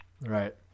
right